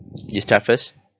you start first